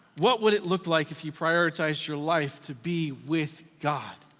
what would it look like if you prioritized your life to be with god?